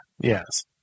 Yes